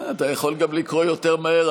אתה יכול גם לקרוא יותר מהר,